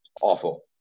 awful